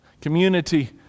community